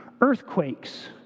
Earthquakes